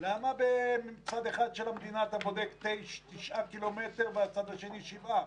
למה בצד אחד של המדינה אתה בודק 9 קילומטר ובצד השני 7 קילומטר?